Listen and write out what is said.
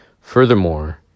Furthermore